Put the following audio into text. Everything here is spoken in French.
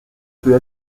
peut